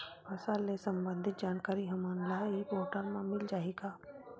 फसल ले सम्बंधित जानकारी हमन ल ई पोर्टल म मिल जाही का?